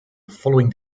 following